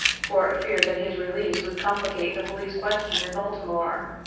for fear that his release would complicate the police question in baltimore.